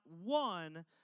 one